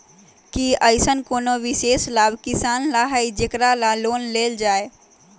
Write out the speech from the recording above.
कि अईसन कोनो विशेष लाभ किसान ला हई जेकरा ला लोन लेल जाए?